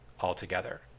altogether